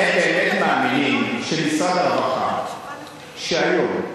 אתם באמת מאמינים שמשרד הרווחה שהיום,